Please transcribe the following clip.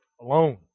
alone